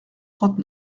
trente